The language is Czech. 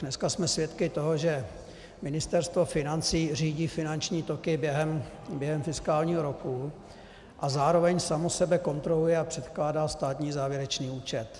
Dneska jsme svědky toho, že Ministerstvo financí řídí finanční toky během fiskálního roku a zároveň samo sebe kontroluje a předkládá státní závěrečný účet.